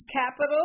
capital